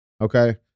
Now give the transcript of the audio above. Okay